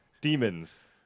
demons